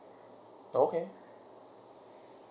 okay